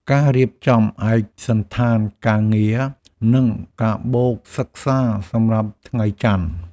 ការរៀបចំឯកសណ្ឋានការងារ និងកាបូបសិក្សាសម្រាប់ថ្ងៃច័ន្ទ។